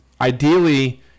ideally